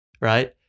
right